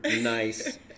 nice